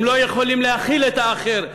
הם לא יכולים להכיל את האחר,